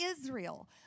Israel